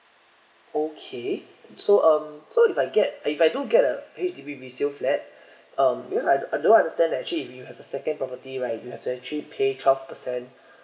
okay so um so if I get if I do get a H_D_B resale flat um because I I do understand that actually if you have a second property right you have to actually pay twelve percent